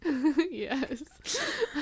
Yes